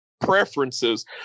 preferences